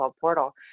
portal